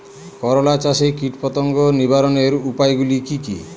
করলা চাষে কীটপতঙ্গ নিবারণের উপায়গুলি কি কী?